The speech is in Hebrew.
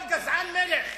כל גזען מלך.